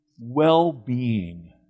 well-being